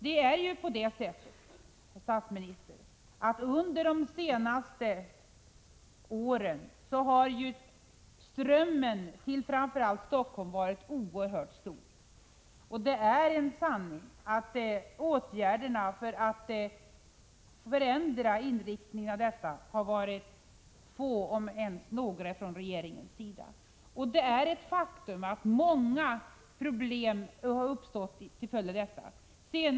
Det förhåller sig ju så, statsministern, att strömmen under de senaste åren till framför allt Stockholm har varit oerhört stor. Det är en sanning att åtgärderna för att förändra detta förhållande har varit få, om ens några, från regeringens sida. Faktum är att många problem har uppstått till följd av detta. Bl.